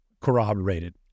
corroborated